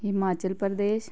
Himachal Pradesh